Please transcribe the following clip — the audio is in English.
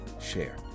share